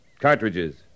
cartridges